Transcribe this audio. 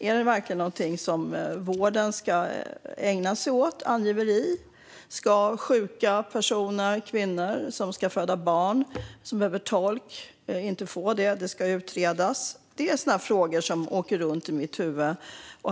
Är angiveri verkligen någonting som vården ska ägna sig åt? Ska sjuka personer och kvinnor som ska föda barn och som behöver tolk inte få det? Det ska utredas. Det är sådana frågor som åker runt i mitt huvud.